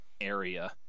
area